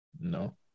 No